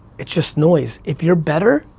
it's just noise. if you're better,